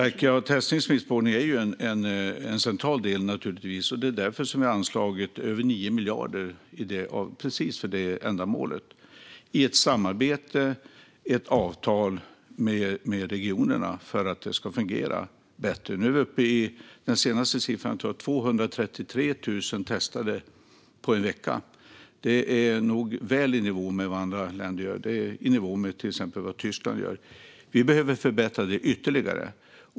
Fru talman! Ja, testning och smittspårning är naturligtvis en central del. Det är därför som vi har anslagit över 9 miljarder för precis detta ändamål i ett samarbete och ett avtal med regionerna för att det ska fungera bättre. Den senaste siffran tror jag är uppe i 233 000 testade på en vecka. Det är nog väl i nivå med vad andra länder gör. Det är i nivå med vad till exempel Tyskland gör. Vi behöver förbättra detta ytterligare.